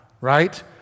right